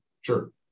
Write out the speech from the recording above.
Sure